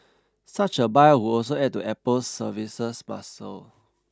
such a buyout would also add to Apple's services muscle